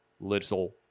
little